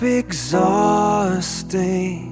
exhausting